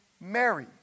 Mary